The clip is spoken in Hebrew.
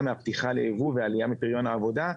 מהפתיחה ליבוא והעלייה בפריון העבודה.